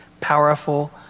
powerful